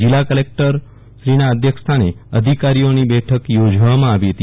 જિલ્લા કલેકટરના અધ્ય ક્ષ સ્થાને અધિકારીઓની બેઠક યોજવામાં આવી હતી